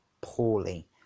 poorly